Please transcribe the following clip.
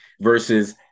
Versus